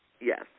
Yes